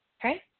okay